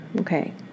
Okay